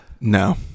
No